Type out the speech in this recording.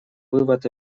вывод